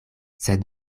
sed